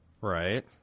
Right